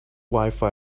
wifi